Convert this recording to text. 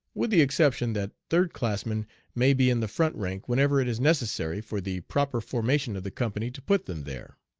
with the exception that third-classmen may be in the front rank whenever it is necessary for the proper formation of the company to put them there.